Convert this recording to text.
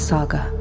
Saga